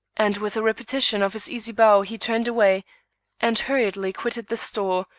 and with a repetition of his easy bow he turned away and hurriedly quitted the store,